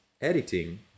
Editing